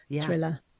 thriller